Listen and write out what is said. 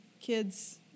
kids